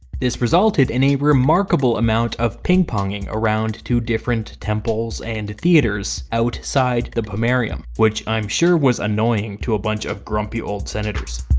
this resulted in a remarkable amount of ping ponging around to different temples and theatres outside the pomerium, which i'm sure was annoying to a bunch of grumpy old senators.